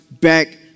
back